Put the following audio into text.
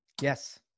Yes